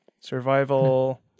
survival